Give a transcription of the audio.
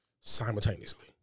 simultaneously